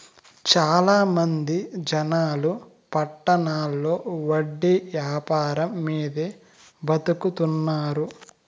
చాలా మంది జనాలు పట్టణాల్లో వడ్డీ యాపారం మీదే బతుకుతున్నారు